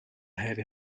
heavy